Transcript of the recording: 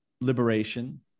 liberation